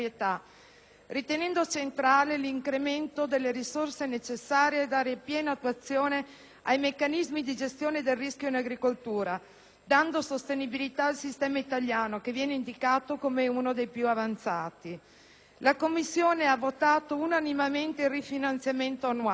ritenendo centrale l'incremento delle risorse necessarie a dare piena attuazione ai meccanismi di gestione del rischio in agricoltura e dando sostenibilità al sistema italiano, che viene indicato come uno dei più avanzati. La Commissione ha votato unanimemente il rifinanziamento annuale: